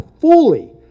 fully